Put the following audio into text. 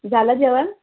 झालं जेवण